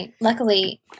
Luckily